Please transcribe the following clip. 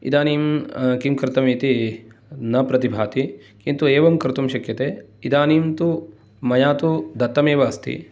इदानीं कि कर्तव्यमिति न प्रतिभाती किन्तु एवं कर्तुं शक्यते इदानीं तु मया तु दत्तमेव अस्ति